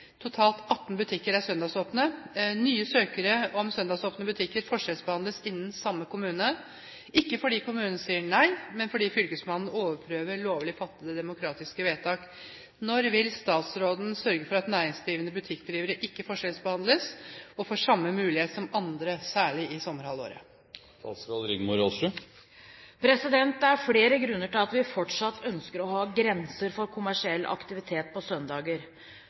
Totalt 18 butikker er søndagsåpne. Nye søkere om søndagsåpne butikker forskjellsbehandles innen samme kommune, ikke fordi kommunen sier nei, men fordi fylkesmannen overprøver lovlig fattede demokratiske vedtak. Når vil statsråden sørge for at næringsdrivende butikkdrivere ikke forskjellsbehandles og får samme mulighet som andre – særlig i sommerhalvåret?» Det er flere grunner til at vi fortsatt ønsker å ha grenser for kommersiell aktivitet på søndager.